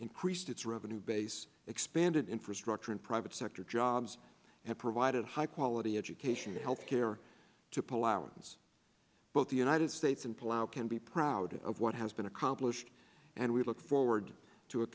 increased its revenue base expanded infrastructure and private sector jobs have provided high quality education healthcare to palauans both the united states and plow can be proud of what has been accomplished and we look forward to